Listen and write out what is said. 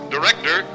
Director